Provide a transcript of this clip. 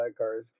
sidecars